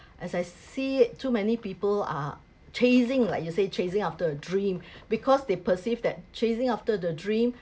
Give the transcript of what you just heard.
as I see it too many people are chasing like you say chasing after a dream because they perceived that chasing after the dream